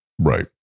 Right